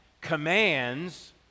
commands